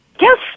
Yes